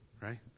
right